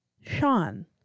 Sean